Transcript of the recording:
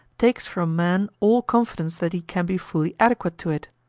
takes from man all confidence that he can be fully adequate to it,